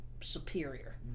superior